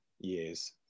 years